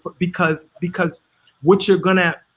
but because because what you're gonna,